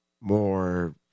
more